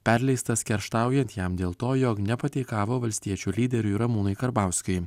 perleistas kerštaujant jam dėl to jog nepataikavo valstiečių lyderiui ramūnui karbauskiui